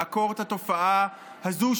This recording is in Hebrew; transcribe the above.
לעקור את התופעה הזו,